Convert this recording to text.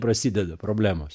prasideda problemos